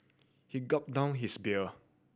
he gulped down his beer